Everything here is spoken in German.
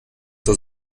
zur